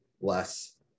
less